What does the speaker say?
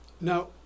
Now